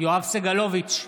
יואב סגלוביץ'